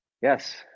Yes